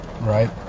Right